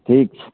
ठीक छै